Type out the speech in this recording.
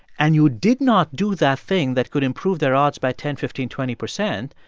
and you did not do that thing that could improve their odds by ten, fifteen, twenty percent,